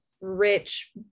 rich